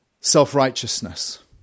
self-righteousness